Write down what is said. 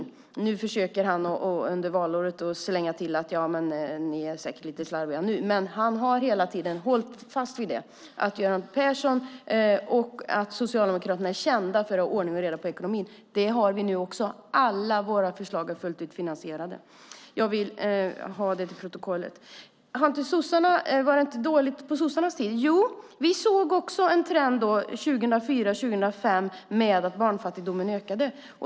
Nu under valåret försöker han visserligen slänga ut att vi säkert är lite slarviga, men han har hela tiden hållit fast vid att Göran Persson och Socialdemokraterna är kända för att ha ordning och reda i ekonomin. Det har vi nu också. Alla våra förslag är finansierade fullt ut. Jag vill ha det sagt för protokollets skull. Var det inte dåligt på Socialdemokraternas tid? Jo, 2004-2005 såg vi en trend att barnfattigdomen ökade.